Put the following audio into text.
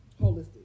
holistic